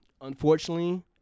unfortunately